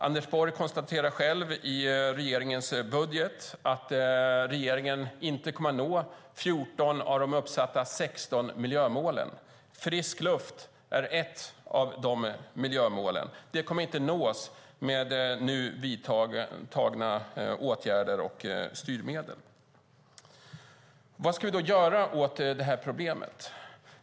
Anders Borg konstaterar själv i regeringens budget att regeringen inte kommer att nå 14 av de uppsatta 16 miljömålen. Frisk luft är ett av dessa miljömål. Det kommer inte att nås med nu vidtagna åtgärder och styrmedel. Vad ska vi då göra åt problemet?